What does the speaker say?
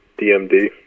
DMD